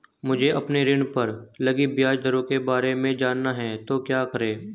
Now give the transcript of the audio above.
मुझे अपने ऋण पर लगी ब्याज दरों के बारे में जानना है तो क्या करें?